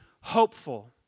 hopeful